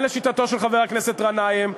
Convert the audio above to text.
ולשיטתו של חבר הכנסת גנאים,